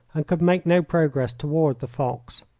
and could make no progress toward the fox.